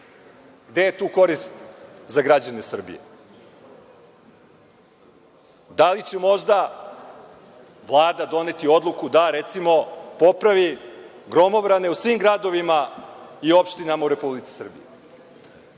Gde je tu korist za građane Srbije? Da li će možda Vlada doneti odluku da, recimo, popravi gromobrane u svim gradovima i opštinama u Republici Srbiji?